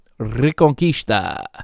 Reconquista